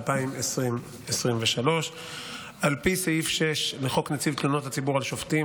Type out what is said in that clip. התשפ"ד 2023. על פי סעיף 6 לחוק נציב תלונות הציבור על שופטים,